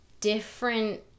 different